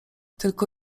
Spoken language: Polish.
tylko